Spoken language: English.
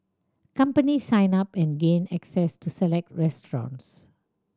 companies sign up and gain access to select restaurants